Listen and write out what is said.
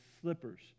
slippers